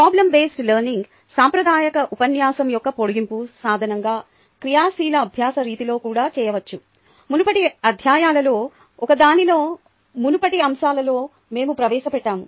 problem based learning సాంప్రదాయిక ఉపన్యాసం యొక్క పొడిగింపు సాధనంగా క్రియాశీల అభ్యాస రీతిలో కూడా చేయవచ్చు మునుపటి అధ్యాయాలలో ఒకదానిలో మునుపటి అంశాలలో మేము ప్రవేశపెట్టాము